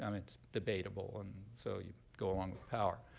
um it's debatable. and so you go along with power.